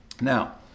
Now